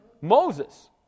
Moses